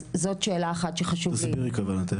זאת שאלה אחת שחשוב לי.